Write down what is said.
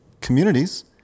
communities